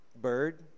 Bird